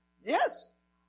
yes